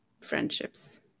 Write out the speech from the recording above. friendships